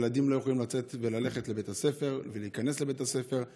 ילדים לא יכולים לצאת וללכת לבית הספר ולהיכנס לבית הספר,